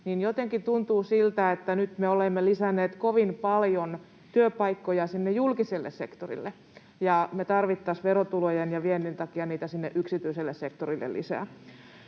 niin jotenkin tuntuu siltä, että nyt me olemme lisänneet kovin paljon työpaikkoja sinne julkiselle sektorille, ja me tarvitsisimme verotulojen ja viennin takia niitä sinne yksityiselle sektorille lisää.